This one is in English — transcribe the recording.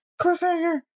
cliffhanger